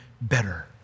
better